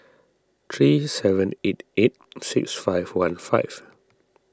three seven eight eight six five one five